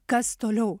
kas toliau